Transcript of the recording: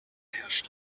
herrscht